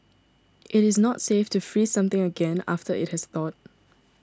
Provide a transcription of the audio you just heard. it is not safe to freeze something again after it has thawed